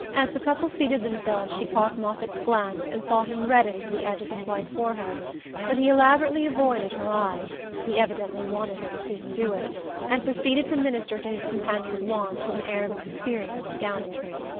as the couple seated themselves she caught moffatt's glance and saw him redden to the edge of his white forehead but he elaborately avoided her eye he evidently wanted her to see him do it and proceeded to minister to his companion's wants with an air of experienced gallantry.